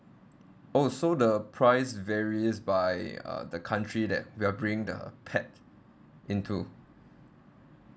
oh so the price varies by uh the country that we're bring the pet into